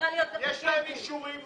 יש להם אישורים.